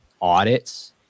audits